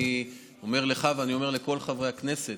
אני אומר לך, ואני אומר לכל חברי הכנסת: